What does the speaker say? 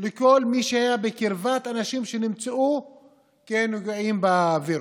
לכל מי שהיה בקרבת אנשים שנמצאו כנפגעים מהווירוס.